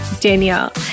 Danielle